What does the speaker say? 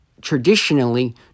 traditionally